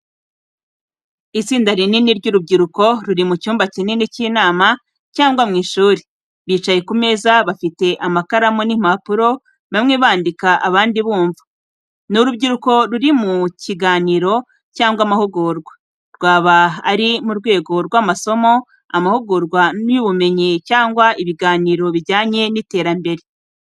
Itsinda rinini ry’urubyiruko, ruri mu cyumba kinini cy’inama cyangwa mu ishuri, bicaye ku meza bafite amakaramu n’impapuro, bamwe bandika, abandi bumva. Ni urubyiruko ruri mu kiganiro cyangwa amahugurwa. Rwaba ari mu rwego rw'amasomo, amahugurwa y’ubumenyi cyangwa ibiganiro bijyanye n’iterambere.